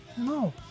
No